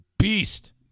beast